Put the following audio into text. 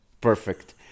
perfect